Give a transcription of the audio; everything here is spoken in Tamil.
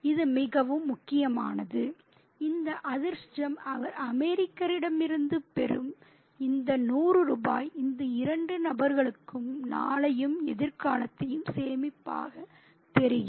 இது மிகவும் முக்கியமானது இந்த அதிர்ஷ்டம் அவர் அமெரிக்கரிடமிருந்து பெறும் இந்த 100 ரூபாய் இந்த இரண்டு நபர்களுக்கும் நாளையும் எதிர்காலத்தையும் சேமிப்பதாக தெரிகிறது